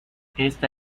esta